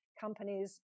companies